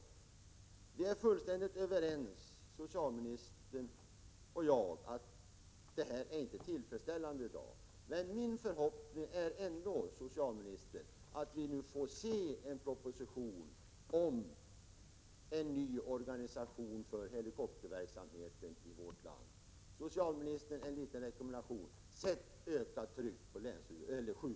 Socialministern och jag är fullständigt överens om att läget i dag inte är tillfredsställande. Min förhoppning är ändå att vi får se en proposition om en ny organisation för helikopterverksamheten i vårt land. En liten rekommendation, socialministern: Sätt ökat tryck på sjukvårdshuvudmännen!